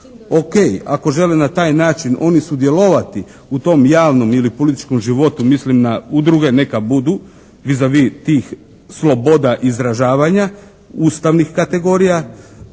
OK, ako žele na taj način oni sudjelovati u tom javnom ili političkom životu. Mislim na udruge neka budu, «vis avis» tih sloboda izražavanja ustavnih kategorija,